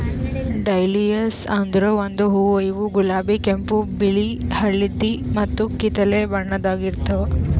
dahlias ಅಂದುರ್ ಒಂದು ಹೂವು ಇವು ಗುಲಾಬಿ, ಕೆಂಪು, ಬಿಳಿ, ಹಳದಿ ಮತ್ತ ಕಿತ್ತಳೆ ಬಣ್ಣದಾಗ್ ಇರ್ತಾವ್